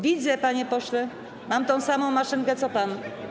Widzę, panie pośle, mam tę samą maszynkę co pan.